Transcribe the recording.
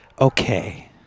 okay